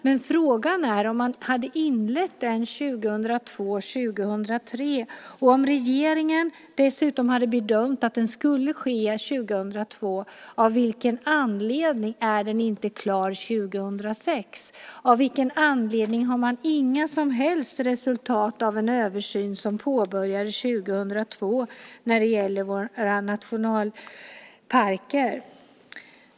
Men frågan är: Om man har inlett den 2002/03 och om regeringen dessutom har bedömt att det skulle ske 2002, av vilken anledning är den inte klar 2006? Av vilken anledning har man inga som helst resultat av en översyn som påbörjades 2002 när det gäller våra nationalparker?